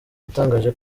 yatangaje